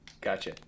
gotcha